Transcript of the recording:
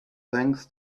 thanks